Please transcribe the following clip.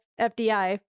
FDI